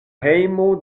hejmo